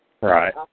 Right